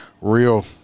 real